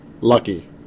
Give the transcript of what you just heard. lucky